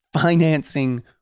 financing